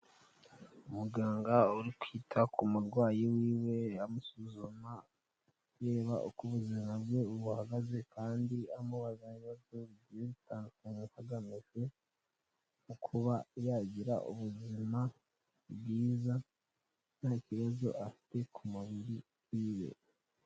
Umuganga uri kwita ku murwayi wiwe amusuzuma, areba uko ubuzima bwe buhagaze kandi amubaza ibibazo byi hagamijwe mukuba yagira ubuzima bwiza nta kibazo afite ku mubiri wiwe.